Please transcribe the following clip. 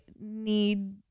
need